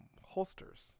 holsters